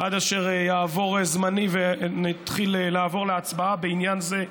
עד אשר יעבור זמני ונעבור להצבעה בעניין זה,